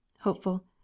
Hopeful